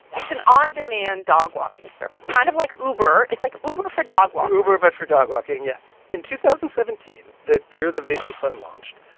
it's an on-demand dog walking service kind of like uber. it's like uber for dog walkers uber, but for dog walking, yes. in two thousand and seventeen, the year the vision fund launched,